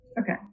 Okay